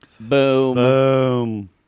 Boom